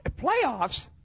Playoffs